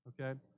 okay